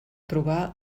trobar